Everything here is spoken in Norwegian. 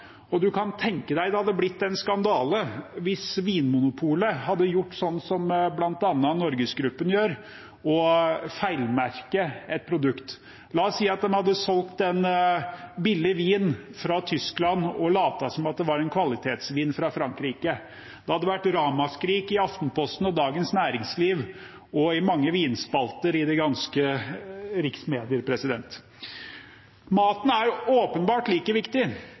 kan tenke seg at det hadde blitt en skandale hvis Vinmonopolet hadde gjort som bl.a. Norgesgruppen og feilmerket et produkt. La oss si at de hadde solgt en billig vin fra Tyskland og latt som om det var en kvalitetsvin fra Frankrike. Det hadde vært ramaskrik i Aftenposten, i Dagens Næringsliv og i mange vinspalter i de ganske riksmedier. Maten er åpenbart like viktig,